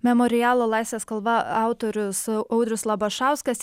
memorialo laisvės kalva autorius audrius labašauskas